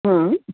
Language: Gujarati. હહ